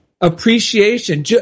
appreciation